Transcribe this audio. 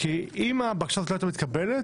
אם הבקשה הזו לא היתה מתקבלת,